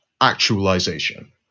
actualization